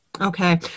Okay